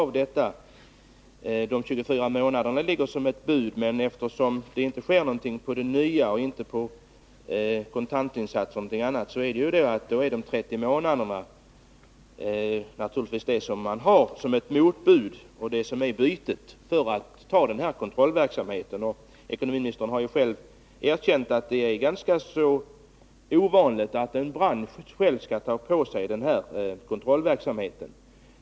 24 månaders avbetalningstid ligger som ett bud, men eftersom det inte sker några förändringar i fråga om avbetalningstiden på nya bilar och inte heller beträffande kontantinsats o. d., är naturligtvis 30 månaders avbetalningstid det som branschen för fram som ett motbud för att åta sig kontrollverksamheten. Ekonomiministern har ju själv erkänt att det är ganska ovanligt att en bransch själv skall ta på sig en sådan här kontrollverksamhet.